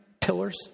pillars